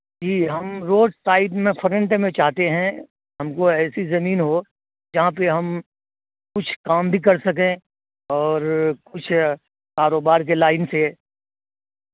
جی ہم road side میں فرنٹے میں چاہتے ہیں ہم کو ایسی زمین ہو جہاں پہ ہم کچھ کام بھی کر سکیں اور کچھ کاروبار کے لائن سے